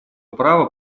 права